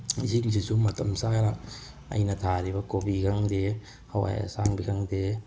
ꯏꯁꯤꯡꯁꯤꯁꯨ ꯃꯇꯝ ꯆꯥꯅ ꯑꯩꯅ ꯊꯥꯔꯤꯕ ꯀꯣꯕꯤ ꯈꯪꯗꯦ ꯍꯋꯥꯏ ꯑꯁꯥꯡꯕꯤ ꯈꯪꯗꯦ